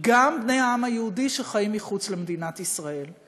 גם בני העם היהודי שחיים מחוץ למדינת ישראל.